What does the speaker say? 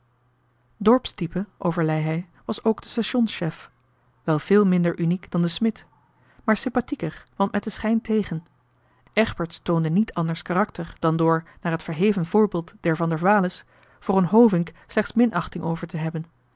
dorpstype overlei hij was ook de stationschef wel veel minder uniek dan de smid maar sympathieker want met den schijn tegen egberts toonde niet anders karakter dan door naar het verheven voorbeeld der van der waele's voor een hovink slechts minachting over te hebben